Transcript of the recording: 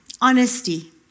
honesty